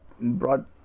brought